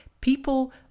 people